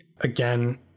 again